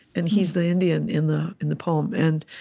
and he's the indian in the in the poem. and